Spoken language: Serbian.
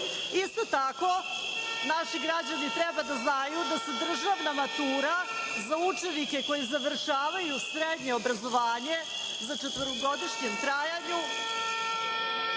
tako, naši građani treba da znaju da se državna matura za učenike koji završavaju srednje obrazovanje za četvorogodišnje trajanje